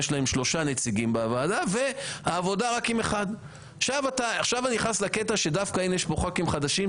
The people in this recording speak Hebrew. יש להם 3 נציגים בוועדה ולעבודה רק 1. יש פה חברי כנסת חדשים.